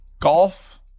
golf